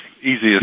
easiest